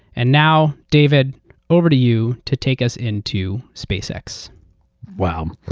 and now, david over to you to take us into spacex. wow.